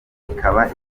ikaba